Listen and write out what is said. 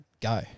go